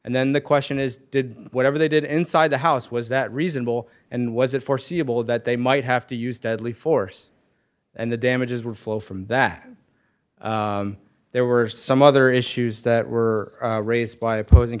and then the question is did whatever they did inside the house was that reasonable and was it foreseeable that they might have to use deadly force and the damages were flow from that there were some other issues that were raised by opposing